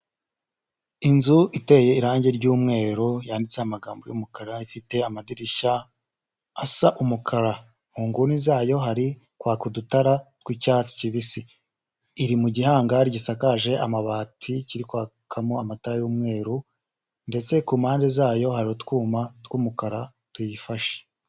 Inzu iteye irangi ry'umweru yanditseho amagambo y'umukara, ifite amadirishya asa umukara. Mu nguni zayo hari kwaka udutara tw'icyatsi kibisi. Iri mu gihangari gisakaje amabati kiri kwakamo amatara y'umweru ndetse ku mpande zayo hari utwuma tw'umukara tuyifashe.